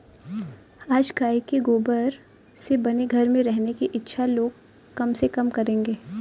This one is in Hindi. आज गाय के गोबर से बने घर में रहने की इच्छा लोग कम से कम करेंगे